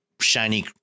shiny